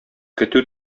көтү